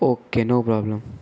okay no problem